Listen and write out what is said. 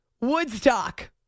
woodstock